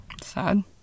Sad